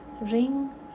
ring